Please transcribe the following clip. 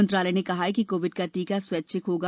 मंत्रालय ने कहा है कि कोविड का टीका स्वैच्छिक होगा